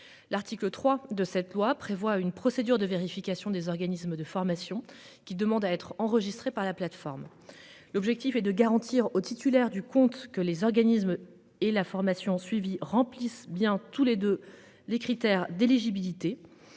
L'article 3 de cette loi prévoit une procédure de vérification des organismes de formation qui demande à être enregistrées par la plateforme. L'objectif est de garantir aux titulaires du compte que les organismes et la formation suivie remplissent bien tous les deux les critères d'éligibilité